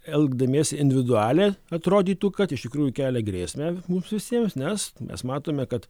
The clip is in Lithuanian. elgdamiesi individualiai atrodytų kad iš tikrųjų kelia grėsmę mums visiems nes mes matome kad